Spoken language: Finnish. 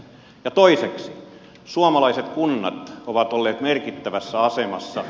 ja toiseksi suomalaiset kunnat ovat olleet merkittävässä asemassa